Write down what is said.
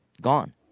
Gone